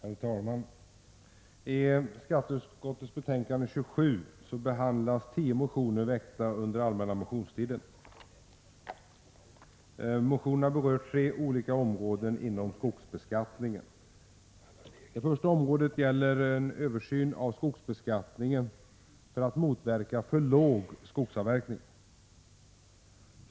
Herr talman! I skatteutskottets betänkande 27 behandlas tio motioner väckta under allmänna motionstiden. Motionerna berör tre olika områden inom skogsbeskattningen. Det första området gäller översyn av skogsbeskattningen för att motverka för låg skogsavverkning.